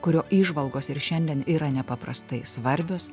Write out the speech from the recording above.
kurio įžvalgos ir šiandien yra nepaprastai svarbios